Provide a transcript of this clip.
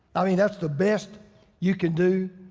i mean, that's the best you can do?